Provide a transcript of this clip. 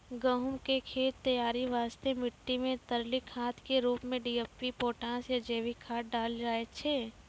गहूम के खेत तैयारी वास्ते मिट्टी मे तरली खाद के रूप मे डी.ए.पी पोटास या जैविक खाद डालल जाय छै